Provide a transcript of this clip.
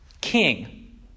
king